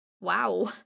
Wow